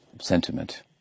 sentiment